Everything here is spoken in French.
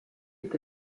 est